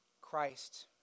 Christ